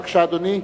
בבקשה, אדוני.